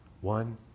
One